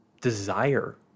desire